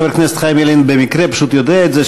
חבר הכנסת חיים ילין במקרה פשוט יודע את זה,